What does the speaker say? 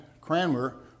Cranmer